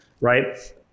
right